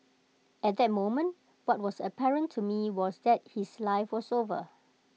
at that moment what was apparent to me was that his life was over